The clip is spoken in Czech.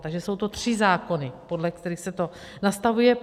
Takže jsou to tři zákony, podle kterých se to nastavuje.